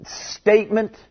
statement